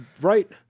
right